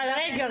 רגע,